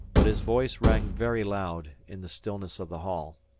but his voice rang very loud in the stillness of the hall.